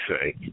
say